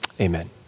Amen